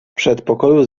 przedpokoju